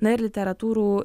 na ir literatūrų